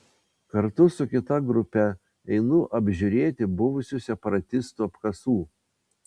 kartu su kita grupe einu apžiūrėti buvusių separatistų apkasų